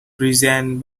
present